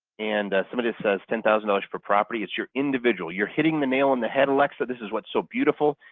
and somebody says ten thousand dollars for property. it's your individual. you're hitting the nail on the head alexa. this is what's so beautiful.